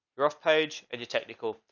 your off page, and your technical.